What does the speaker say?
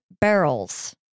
barrels